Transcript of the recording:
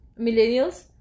Millennials